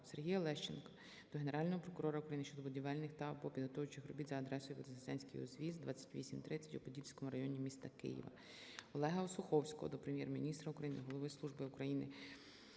Сергія Лещенка до Генерального прокурора України щодо будівельних та/або підготовчих робіт за адресою Вознесенський узвіз, 28-30 у Подільському районі міста Києва. Олега Осуховського до Прем'єр-міністра України, голови Державної